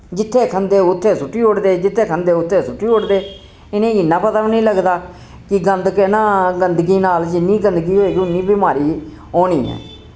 जित्थैं खंदे उत्थैं सुट्टी ओड़दे जित्थैं खंदे उत्थैं सुट्टी ओड़दे इनेगी इन्ना पता वी निं लगदा कि गंद गंदगी नाल जिन्नी गंदगी होएगी उन्नी बिमारी होनी ऐ